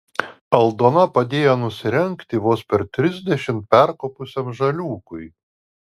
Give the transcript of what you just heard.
aldona padėjo nusirengti vos per trisdešimt perkopusiam žaliūkui